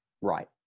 right